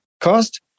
cost